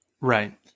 Right